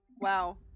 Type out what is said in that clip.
Wow